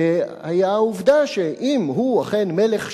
היתה העובדה שאם הוא אכן מלך שם,